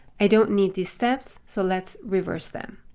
i don't need these steps. so let's reverse them.